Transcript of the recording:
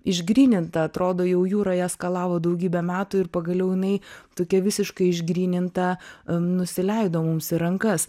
išgryninta atrodo jau jūra ją skalavo daugybę metų ir pagaliau jinai tokia visiškai išgryninta nusileido mums į rankas